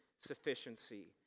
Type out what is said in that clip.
sufficiency